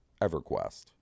EverQuest